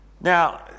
Now